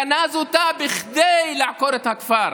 גנז אותה כדי לעקור את הכפר.